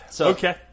Okay